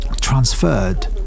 transferred